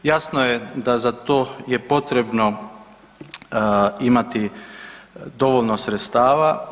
Jasno da za to je potrebno imati dovoljno sredstava.